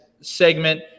segment